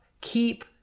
Keep